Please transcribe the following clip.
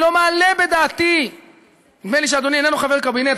נדמה לי שאדוני איננו חבר קבינט,